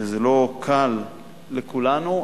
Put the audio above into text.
וזה לא קל לכולנו,